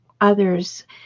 others